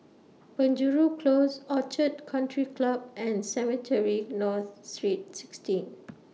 Penjuru Close Orchid Country Club and Cemetry North Street sixteen